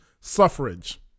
suffrage